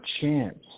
chance